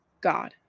God